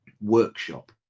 workshop